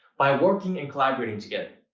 by working and collaborating together.